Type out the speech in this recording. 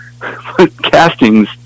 castings